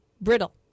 Brittle